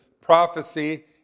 prophecy